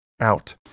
out